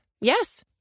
Yes